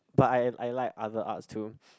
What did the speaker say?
but I I like other arts too